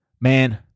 man